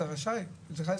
אתם מבקשים להטיל